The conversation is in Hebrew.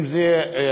אם זה מושבים,